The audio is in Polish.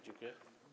Dziękuję.